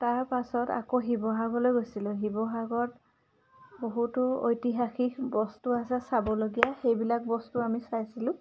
তাৰপাছত আকৌ শিৱসাগৰলৈ গৈছিলোঁ শিৱসাগৰত বহুতো ঐতিহাসিক বস্তু আছে চাবলগীয়া সেইবিলাক বস্তু আমি চাইছিলোঁ